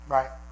Right